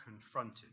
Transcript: confronted